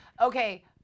okay